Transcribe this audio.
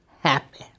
happy